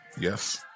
Yes